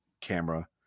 camera